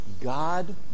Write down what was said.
God